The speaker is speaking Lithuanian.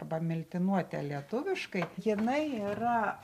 arba miltinuotė lietuviškai jinai yra